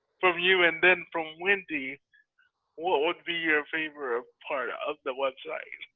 from you and then from wendy what would be your favorite part of the website.